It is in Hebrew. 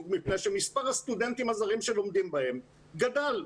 מפני שמספר הסטודנטים הזרים שלומדים בהם גדל.